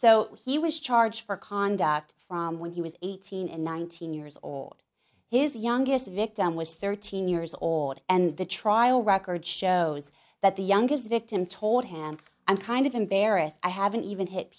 so he was charged for conduct from when he was eighteen and nineteen years old his youngest victim was thirteen years old and the trial record shows that the youngest victim told him i'm kind of embarrassed i haven't even hit